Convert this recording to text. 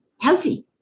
healthy